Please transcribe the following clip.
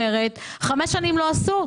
במשך חמש שנים לא עשו.